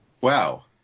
Wow